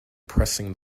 pressing